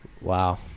wow